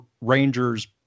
Rangers